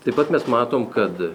taip pat mes matom kad